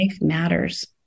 matters